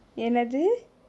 என்னது:ennathu